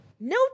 no